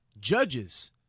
judges